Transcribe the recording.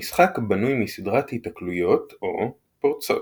המשחק בנוי מסדרת היתקלויות או "פורצות".